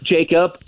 Jacob